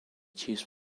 cheese